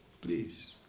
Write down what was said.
please